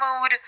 mood